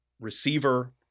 receiver